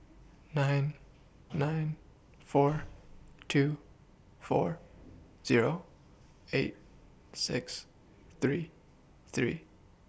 nine nine four two four Zero eight six three three